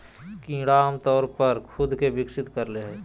कीड़ा आमतौर पर खुद के विकसित कर ले हइ